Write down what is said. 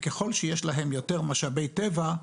וככל שיש להן יותר משאבי טבע,